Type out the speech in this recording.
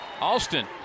Alston